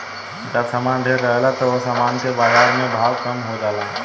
जब सामान ढेरे रहेला त ओह सामान के बाजार में भाव कम हो जाला